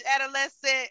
adolescent